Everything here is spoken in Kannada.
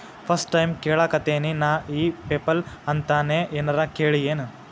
ಫಸ್ಟ್ ಟೈಮ್ ಕೇಳಾಕತೇನಿ ನಾ ಇ ಪೆಪಲ್ ಅಂತ ನೇ ಏನರ ಕೇಳಿಯೇನ್?